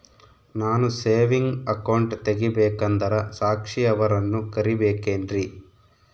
ನಾನು saving account ತೆಗಿಬೇಕಂದರ ಸಾಕ್ಷಿಯವರನ್ನು ಕರಿಬೇಕಿನ್ರಿ?